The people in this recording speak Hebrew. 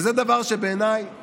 וזה דבר שבעיניי הוא